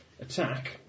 attack